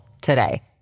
today